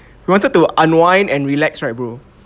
we wanted to unwind and relax right bro